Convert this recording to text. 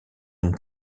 une